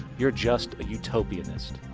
you're just a utopianist.